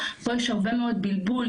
פה יש הרבה מאוד בלבול,